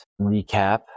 recap